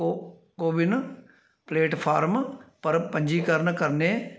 को कोविन प्लेटफार्म पर पंजीकरण करने